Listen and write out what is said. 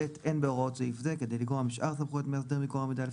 אין בהוראות סעיף זה כדי לקרוע משאר סמכויות מאסדר מקור מידע,